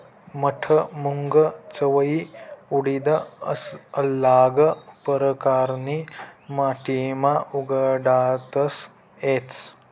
मठ, मूंग, चवयी, उडीद आल्लग परकारनी माटीमा उगाडता येस